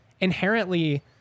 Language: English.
Inherently